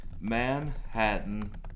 Manhattan